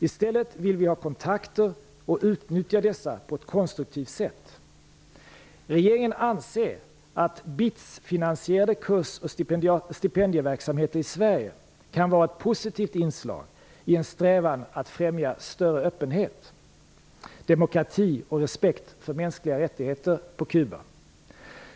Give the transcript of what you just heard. I stället vill vi ha kontakter och utnyttja dessa på ett konstruktivt sätt. Regeringen anser att BITS-finansierade kurs och stipendieverksamheter i Sverige kan vara ett positivt inslag i en strävan att främja större öppenhet, demokrati och respekt för mänskliga rättigheter på Kuba.